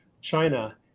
China